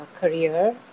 career